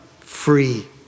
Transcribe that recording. free